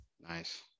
Nice